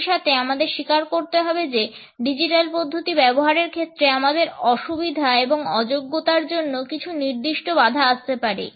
একই সাথে আমাদের স্বীকার করতে হবে যে ডিজিটাল পদ্ধতি ব্যবহারের ক্ষেত্রে আমাদের অসুবিধা এবং অযোগ্যতার জন্য কিছু নির্দিষ্ট বাধা আসতে পারে